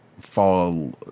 fall